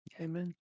Amen